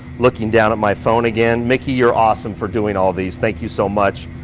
looking down at my phone again, miki you're awesome for doing all of these. thank you so much.